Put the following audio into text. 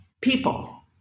people